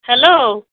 hello